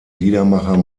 liedermacher